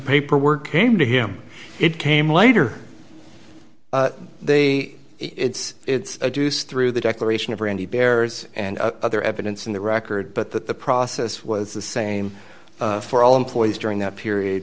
paperwork came to him it came later they it's it's a deuce through the declaration of randy bears and other evidence in the record but that the process was the same for all employees during that period